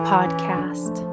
Podcast